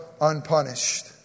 unpunished